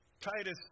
Titus